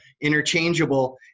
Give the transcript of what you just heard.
interchangeable